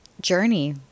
journey